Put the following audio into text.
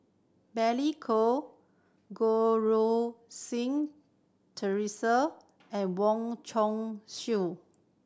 Billy Koh Goh Si Theresa and Wong Chong Sou